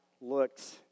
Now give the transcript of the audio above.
looks